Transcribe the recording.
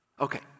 Okay